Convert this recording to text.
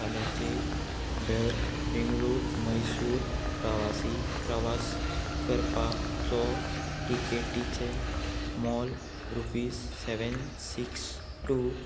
फाल्यांचेर बेंग बेंगलोर मैसूर प्रवासी प्रवास करपाचो टिकेटीचें मोल रुपीज सेवेन सिक्स टू